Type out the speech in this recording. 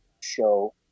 show